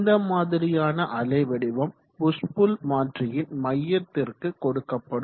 இந்த மாதிரியான அலைவடிவம் புஷ் புல் மாற்றியின் மையத்திற்கு கொடுக்கப்படும்